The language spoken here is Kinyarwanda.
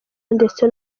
ndetse